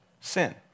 sin